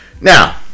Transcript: Now